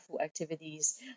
activities